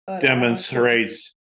demonstrates